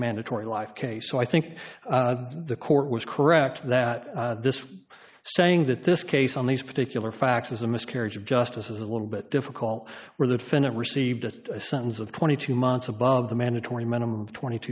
mandatory life case so i think the court was correct that this saying that this case on these particular facts is a miscarriage of justice is a little bit difficult where the defendant received a sentence of twenty two months above the mandatory minimum of twenty two